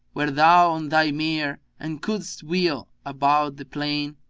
wert thou on thy mare and couldst wheel about the plain,